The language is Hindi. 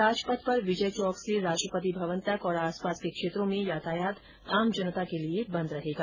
राजपथ पर विजय चौक से राष्ट्रपति भवन तक और आस पास के क्षेत्रों में यातायात आम जनता के लिए बंद रहेगा